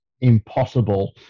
impossible